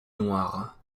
noire